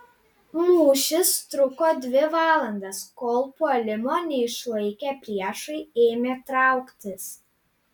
mūšis truko dvi valandas kol puolimo neišlaikę priešai ėmė trauktis